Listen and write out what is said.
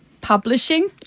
publishing